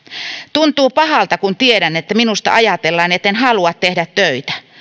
tuntuu pahalta kun tiedän että minusta ajatellaan etten halua tehdä töitä